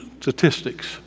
statistics